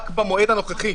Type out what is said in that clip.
רק במועד הנוכחי,